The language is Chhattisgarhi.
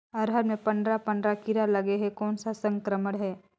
अरहर मे पंडरा पंडरा कीरा लगे हे कौन सा संक्रमण हे?